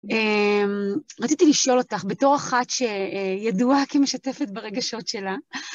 אמממ, רציתי לשאול אותך, בתור אחת שידועה כמשתפת ברגשות שלה...